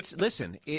Listen